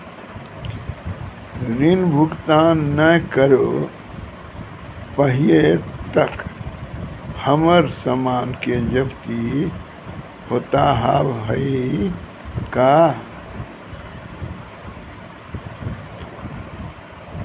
ऋण भुगतान ना करऽ पहिए तह हमर समान के जब्ती होता हाव हई का?